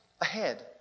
ahead